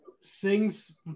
sings